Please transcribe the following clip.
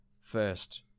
first